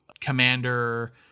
commander